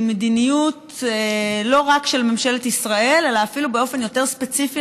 היא מדיניות לא רק של ממשלת ישראל אלא אפילו באופן יותר ספציפי,